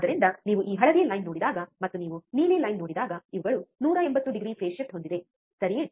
ಆದ್ದರಿಂದ ನೀವು ಈ ಹಳದಿ ಲೈನ್ ನೋಡಿದಾಗ ಮತ್ತು ನೀವು ನೀಲಿ ಲೈನ್ ನೋಡಿದಾಗ ಇವುಗಳು 180 ಡಿಗ್ರಿ ಫೇಸ್ ಶಿಫ್ಟ್ ಹೊಂದಿದೆ ಸರಿಯೇ